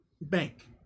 bank